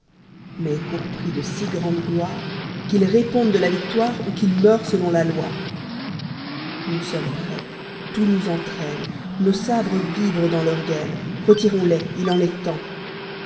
mais pour prix de si grande gloire qu'il réponde de la victoire ou qu'il meure selon la loi nous sommes prêts tout nous entraîne nos sabres vibrent dans leur gaine retirons les il en est temps